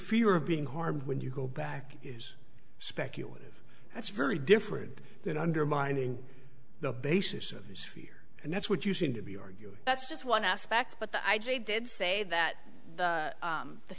fear of being harmed when you go back is speculative that's very different than undermining the basis of the sphere and that's what you seem to be arguing that's just one aspect but the i g did say that the